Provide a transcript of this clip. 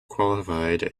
qualified